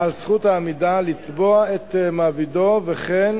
בעל זכות העמידה, לתבוע את מעבידו, וכן